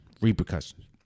Repercussions